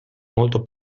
molto